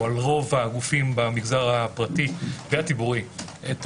על רוב הגופים במגזר הפרטי והציבורי את